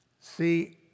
See